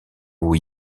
haut